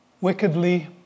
wickedly